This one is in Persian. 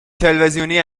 تلویزیونی